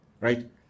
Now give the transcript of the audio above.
right